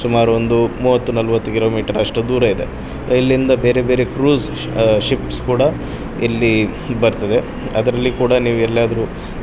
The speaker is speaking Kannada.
ಸುಮಾರೊಂದು ಮೂವತ್ತು ನಲವತ್ತು ಕಿಲೋಮೀಟರ್ ಅಷ್ಟು ದೂರ ಇದೆ ಇಲ್ಲಿಂದ ಬೇರೆ ಬೇರೆ ಕ್ರೂಝ್ ಶಿಪ್ಸ್ ಕೂಡ ಇಲ್ಲಿ ಬರ್ತದೆ ಅದರಲ್ಲಿ ಕೂಡ ನೀವು ಎಲ್ಲಾದರೂ